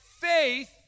faith